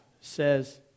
says